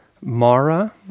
Mara